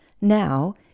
Now